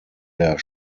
der